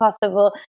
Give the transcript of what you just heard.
possible